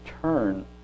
turn